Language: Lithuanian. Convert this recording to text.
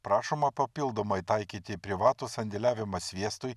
prašoma papildomai taikyti privatus sandėliavimas sviestui